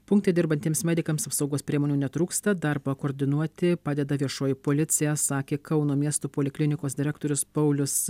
punkte dirbantiems medikams apsaugos priemonių netrūksta darbą koordinuoti padeda viešoji policija sakė kauno miesto poliklinikos direktorius paulius